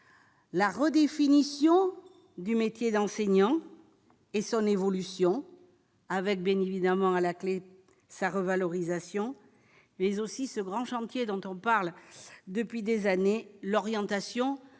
la redéfinition du métier d'enseignant et son évolution avec bien évidemment à la clé : sa revalorisation mais aussi ce grand chantier dont on parle depuis des années l'orientation afin